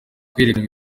kwerekana